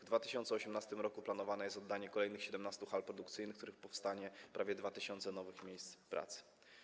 W 2018 r. planowane jest oddanie kolejnych 17 hal produkcyjnych, w których powstanie prawie 2 tys. nowych miejsc pracy.